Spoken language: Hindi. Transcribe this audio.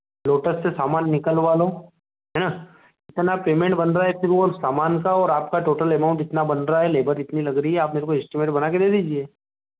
लोटस से सामान निकलवा लो है ना इतना पेमेंट बन रहा है फिर वह सामान का और आपका टोटल अमाउन्ट इतना बन रहा है लेबर इतनी लग रही है आप मुझे इस्टिमेट बनाकर दे दीजिए